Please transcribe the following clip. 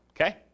okay